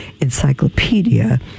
Encyclopedia